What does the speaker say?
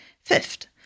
Fifth